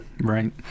Right